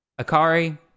Akari